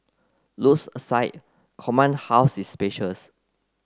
looks aside Command House is spacious